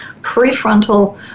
prefrontal